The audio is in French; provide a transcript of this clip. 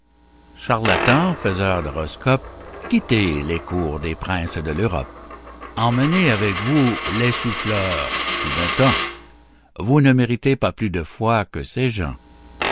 charlatans faiseurs d'horoscope quittez les cours des princes de l'europe emmenez avec vous les souffleurs tout d'un temps vous ne méritez pas plus de foi que ces gens